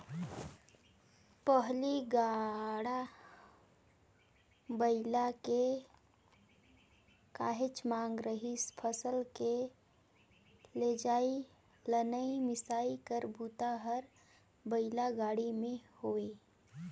पहिली गाड़ा बइला के काहेच मांग रिहिस फसल के लेजइ, लनइ, मिसई कर बूता हर बइला गाड़ी में होये